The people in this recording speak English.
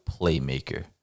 PLAYMAKER